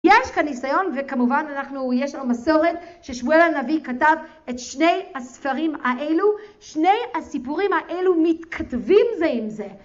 יש כאן ניסיון, וכמובן אנחנו יש לנו מסורת ששמואל הנביא כתב את שני הספרים האלו. שני הסיפורים האלו מתכתבים זה עם זה.